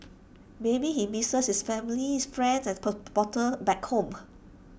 maybe he misses his family friends and back home